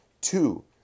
two